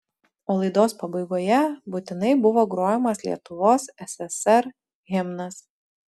o laidos pabaigoje būtinai buvo grojamas lietuvos ssr himnas